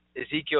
Ezekiel